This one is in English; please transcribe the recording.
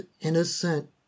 innocent